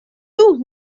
tout